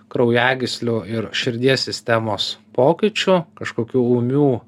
kraujagyslių ir širdies sistemos pokyčių kažkokių ūmių